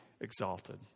exalted